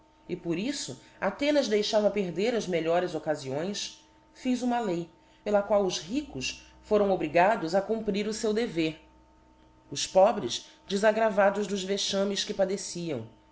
e por iflb athenas deixava perder as melhores occafíões fiz uma ici pela qual os ricos foram obrigados a cumprir o seu dever os pobres defaggravados dos vexames que padeciam